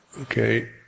okay